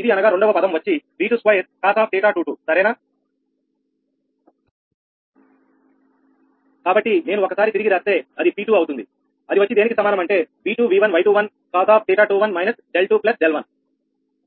ఇది అనగా రెండవ పదం వచ్చి 𝑉22cos𝜃22 సరేనా కాబట్టి నేను ఒకసారి తిరిగి రాస్తే అది 𝑃2 అవుతుంది అది వచ్చి దేనికి సమానం అంటే 𝑉2𝑉1𝑌21 cos𝜃21 − 𝛿2 𝛿1